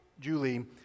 Julie